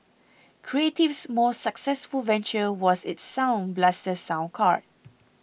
creative's most successful venture was its Sound Blaster Sound Card